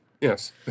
Yes